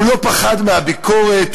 הוא לא פחד מהביקורת,